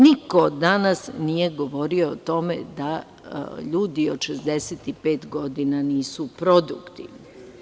Niko danas nije govorio o tome da ljudi od 65 godina nisu produktivni.